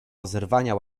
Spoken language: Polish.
rozerwania